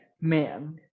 man